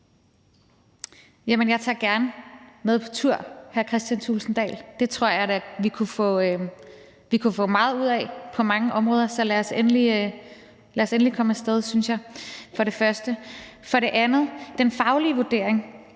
Jeg tager gerne med på tur, hr. Kristian Thulesen Dahl. Det tror jeg da vi kunne få meget ud af på mange områder. Så lad os endelig komme af sted, synes jeg for det første. For det andet vil jeg om den faglige vurdering